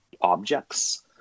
objects